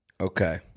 Okay